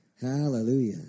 Hallelujah